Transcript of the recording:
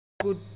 good